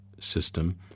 system